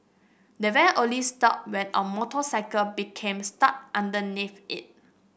the van only stopped when a motorcycle became stuck underneath it